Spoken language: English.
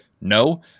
No